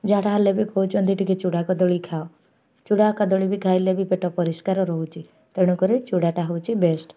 ଝାଡ଼ା ହେଲେ ବି କହୁଛନ୍ତି ଟିକେ ଚୁଡ଼ା କଦଳୀ ଖାଅ ଚୁଡ଼ା କଦଳୀ ବି ଖାଇଲେ ବି ପେଟ ପରିଷ୍କାର ରହୁଛି ତେଣୁକରି ଚୁଡ଼ାଟା ହେଉଛି ବେଷ୍ଟ୍